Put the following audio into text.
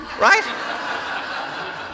Right